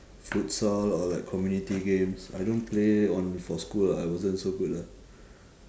futsal or like community games I don't play on for school lah I wasn't so good lah